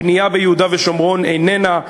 הבנייה ביהודה ושומרון איננה,